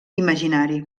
imaginari